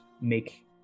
make